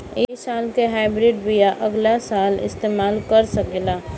इ साल के हाइब्रिड बीया अगिला साल इस्तेमाल कर सकेला?